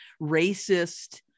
racist